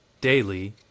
daily